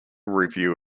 review